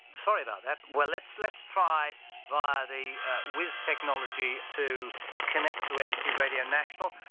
sorry about that. well let's let's try via the whiz technology to connect to abc radio national.